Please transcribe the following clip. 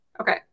Okay